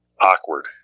awkward